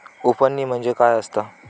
उफणणी म्हणजे काय असतां?